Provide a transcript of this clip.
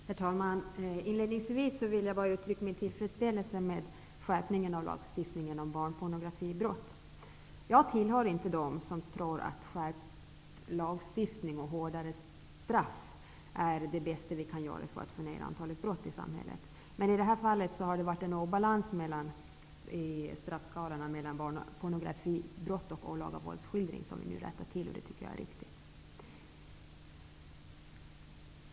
Herr talman! Jag vill inledningsvis uttrycka min tillfredsställelse med skärpningen av lagstiftningen mot barnpornografibrott. Jag tillhör inte dem som tror att skärpt lagstiftning och hårdare straff är det bästa som vi kan göra för att få ned antalet brott, men i detta fall har det varit en obalans mellan straffskalorna för barnpornografibrott och för olaga våldsskildring. Denna obalans har nu rättats till, vilket jag tycker är bra.